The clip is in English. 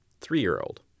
three-year-old